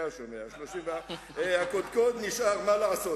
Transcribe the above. איך זה מתקשר לעניין גנבות הרכב, שם התחלת?